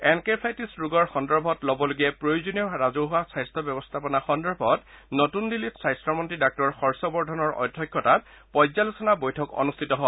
encephalitis ৰোগৰ সন্দৰ্ভত ল'বলগীয়া প্ৰয়োজনীয় ৰাজহুৱা স্বাস্থ্য ব্যৱস্থাপনা সন্দৰ্ভত নতুন দিল্লীত স্বাস্থ্য মন্ত্ৰী ডাঃ হৰ্ষবৰ্ধনৰ অধ্যক্ষতাত পৰ্য্যালোচনা বৈঠক অনুষ্ঠিত হয়